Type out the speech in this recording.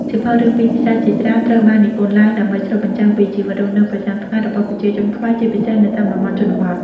សៀវភៅរឿងពីរភាសាជាច្រើនត្រូវបាននិពន្ធឡើងដើម្បីឆ្លុះបញ្ចាំងពី ជីវិតរស់នៅប្រចាំថ្ងៃ របស់ប្រជាជនខ្មែរ ជាពិសេសនៅតាមតំបន់ជនបទ។